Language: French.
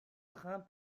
train